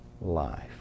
life